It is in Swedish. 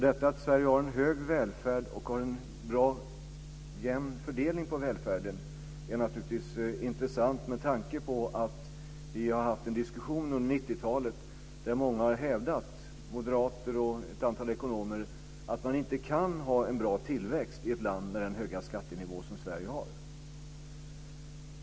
Detta att Sverige har en hög välfärd och en jämn fördelning på välfärden är naturligtvis intressant med tanke på att vi har haft en diskussion under 90-talet där många, bl.a. moderater och ett antal ekonomer, har hävdat att man inte kan ha en bra tillväxt i ett land med den höga skattenivå som Sverige har.